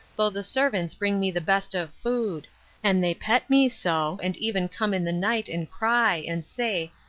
though the servants bring me the best of food and they pet me so, and even come in the night, and cry, and say,